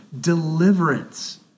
deliverance